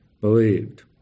believed